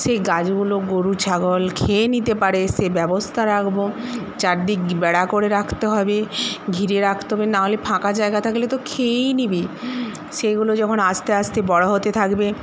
সেই গাছগুলো গরু ছাগল খেয়ে নিতে পারে সেই ব্যবস্থা রাখবো চারদিক বেড়া করে রাখতে হবে ঘিরে রাখতে হবে নাহলে ফাঁকা জায়গা থাকলে তো খেয়েই নিবে সেগুলো যখন আস্তে আস্তে বড়ো হতে থাকবে